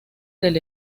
del